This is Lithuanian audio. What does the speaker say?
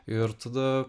ir tada